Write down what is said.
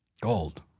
Gold